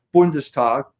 Bundestag